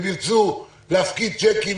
והם ירצו להפקיד צ'קים,